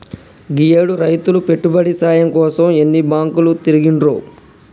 గీయేడు రైతులు పెట్టుబడి సాయం కోసం ఎన్ని బాంకులు తిరిగిండ్రో